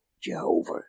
Jehovah